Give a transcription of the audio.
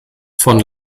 von